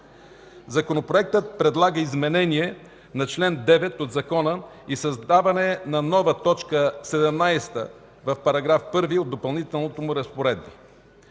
Законопроектът предлага изменение на чл. 9 от закона и създаване на нова т. 17 в § 1 от допълнителните му разпоредби.